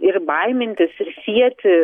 ir baimintis ir sieti